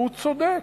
והוא צודק.